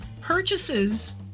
purchases